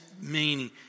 meaning